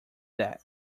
that